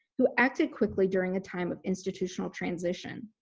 who acted quickly during a time of institutional transition